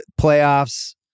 playoffs